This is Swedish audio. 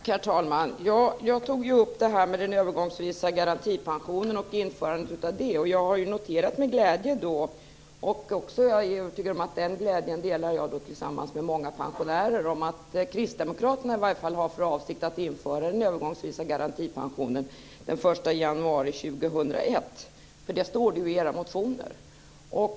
Herr talman! Jag tog ju upp det här med införandet av den övergångsvisa garantipensionen. Jag har med glädje noterat - och jag är övertygad om att jag delar den glädjen med många pensionärer - att kristdemokraterna i varje fall har för avsikt att införa den övergångsvisa garantipensionen den 1 januari år 2001. Det står ju i er motion.